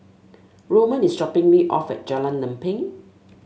Roman is dropping me off Jalan Lempeng